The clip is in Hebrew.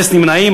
אפס נמנעים.